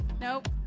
Nope